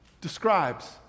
describes